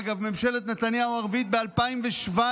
אגב, ממשלת נתניהו הרביעית, ב-2017,